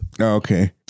okay